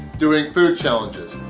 doing food challenges.